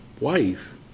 wife